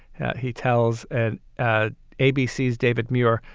he tells an ah abc, david muir.